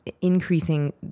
increasing